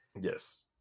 Yes